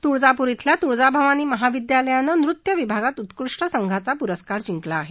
तुळजापूर ििल्या तुळजाभवानी महाविद्यालयानं नृत्य विभागात उत्कृष्ट संघाचा पुरस्कार जिंकला आहे